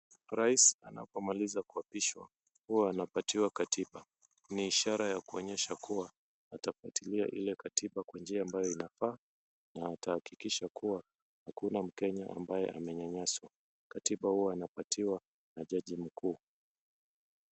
Rais anapomaliza kuapishwa huwa anapatiwa katiba. Ni ishara ya kuonyesha kuwa atafuatilia Ile katiba kwa njia ambayo inafaa na atahakikisha kuwa hakuna mkenya ambaye amenyanyaswa. Katiba huwa anapatiwa na jaji mkuu.